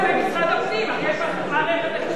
אני מסכימה אתך,